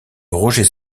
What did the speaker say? rogers